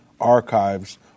Archives